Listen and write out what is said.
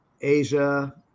Asia